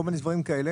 כל מיני דברים כאלה.